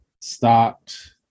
stopped